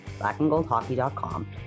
blackandgoldhockey.com